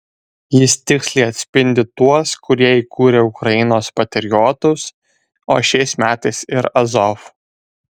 jis tiksliai atspindi tuos kurie įkūrė ukrainos patriotus o šiais metais ir azov